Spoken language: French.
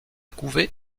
couvée